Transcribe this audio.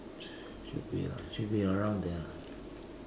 should be lah should be around there lah